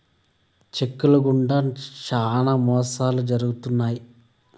check ల గుండా శ్యానా మోసాలు జరుగుతున్నాయి